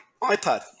iPad